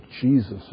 Jesus